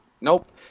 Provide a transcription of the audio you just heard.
nope